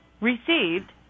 received